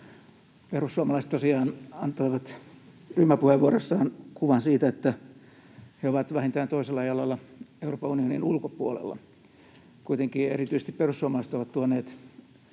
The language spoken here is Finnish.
Perussuomalaiset tosiaan antoivat ryhmäpuheenvuorossaan kuvan siitä, että he ovat vähintään toisella jalalla Euroopan unionin ulkopuolella. Kuitenkin erityisesti perussuomalaiset ovat tuoneet